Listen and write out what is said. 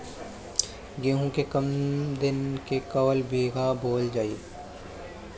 गेहूं के कम दिन के कवन बीआ बोअल जाई?